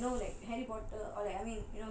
because like you know like harry potter